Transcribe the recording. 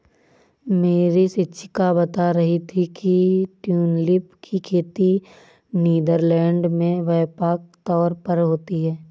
मेरी शिक्षिका बता रही थी कि ट्यूलिप की खेती नीदरलैंड में व्यापक तौर पर होती है